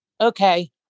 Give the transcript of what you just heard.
okay